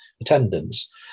attendance